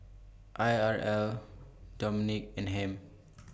Irl Dominique and Ham